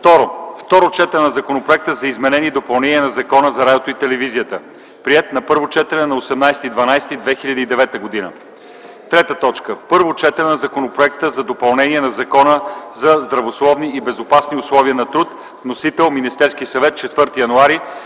Второ четене на Законопроекта за изменение и допълнение на Закона за радиото и телевизията, приет на първо четене на 18.12.2009 г. 3. Първо четене на Законопроекта за допълнение на Закона за здравословни и безопасни условия на труд. Вносител: Министерски съвет, 4.01.2010